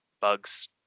Bugs